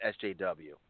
SJW